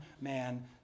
man